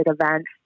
events